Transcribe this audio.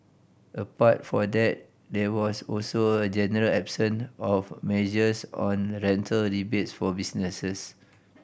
apart for that there was also a general absence of measures on rental rebates for businesses